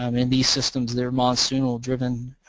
um and these system's, they're monsoonal driven,